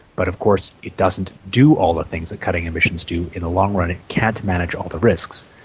but of course it doesn't do all the things that cutting emissions do in the long run, it can't manage all the risks.